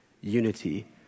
unity